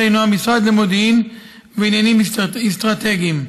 הינו המשרד למודיעין ועניינים אסטרטגיים.